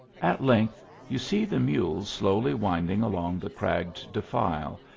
at length you see the mules slowly winding along the cragged defile,